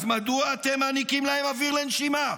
אז מדוע אתם מעניקים להם אוויר לנשימה?